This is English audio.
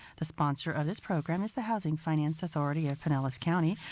the sponsor of this program is the housing finance authority of pinellas county,